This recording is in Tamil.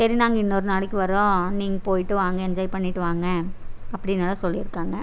சரி நாங்கள் இன்னொரு நாளைக்கு வரோம் நீங்கள் போய்கிட்டு வாங்க என்ஜாய் பண்ணிகிட்டுவாங்க அப்படினெல்லாம் சொல்லி இருக்காங்க